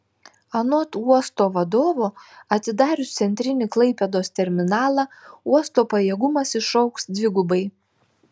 anot uosto vadovo atidarius centrinį klaipėdos terminalą uosto pajėgumas išaugs dvigubai